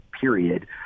period